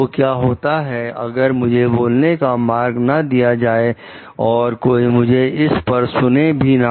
तो क्या होता है अगर मुझे बोलने का मार्ग ना दिया जाए और कोई मुझे इस पर सुने भी ना